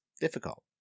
difficult